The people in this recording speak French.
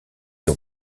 ans